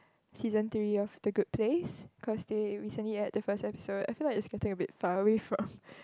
season three of the good place cause they recently add the first episode I feel like it's getting a bit far way from